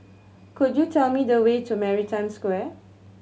could you tell me the way to Maritime Square